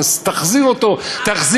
אז, אם כך, תעשה עוד צעד.